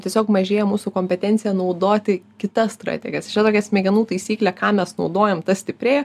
tiesiog mažėja mūsų kompetencija naudoti kitas strategas čia tokia smegenų taisyklė ką mes naudojam tas stiprėja